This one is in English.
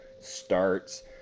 starts